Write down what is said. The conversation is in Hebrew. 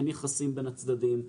אין יחסים בין הצדדים,